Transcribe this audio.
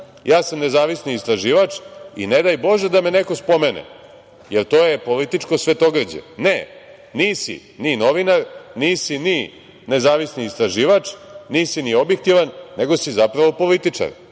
ja sam nezavisni istraživač, jer ne daj Bože da me neko spomene, jer to je političko svetogrđe. Ne, nisi ni novinar, nisi ni nezavisni istraživač, nisi ni objektivan, nego si zapravo političar,